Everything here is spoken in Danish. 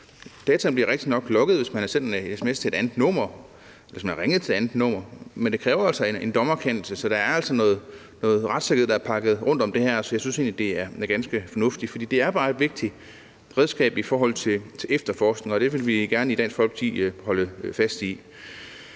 Dataene bliver rigtignok logget, hvis man har sendt en sms til et andet nummer eller har ringet til et andet nummer, men det kræver altså en dommerkendelse, så det er altså pakket ind i noget retssikkerhed, så jeg synes egentlig, det er ganske fornuftigt. For det er bare et vigtigt redskab i forhold til efterforskning, og det vil vi i Dansk Folkeparti gerne holde fast i.